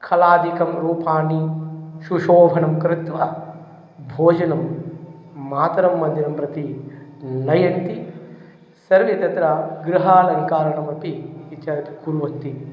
खलादिकं रूपाणि शुशोभनं कृत्वा भोजनं मातरं मन्दिरं प्रति नयन्ति सर्वे तत्र गृहालङ्करणमपि इत्यादिकं कुर्वन्ति